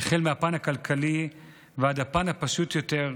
מהפן הכלכלי ועד הפן הפשוט יותר,